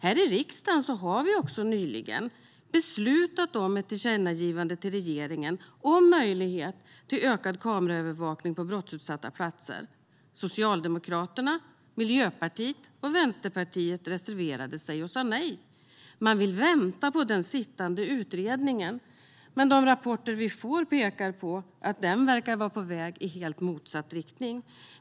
Här i riksdagen har vi också nyligen beslutat om ett tillkännagivande till regeringen om möjlighet till ökad kameraövervakning på brottsutsatta platser. Socialdemokraterna, Miljöpartiet och Vänsterpartiet reserverade sig och sa nej. Man vill vänta på den sittande utredningen. Men de rapporter som vi får pekar på att den utredningen verkar vara på väg i helt motsatt riktning.